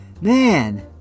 Man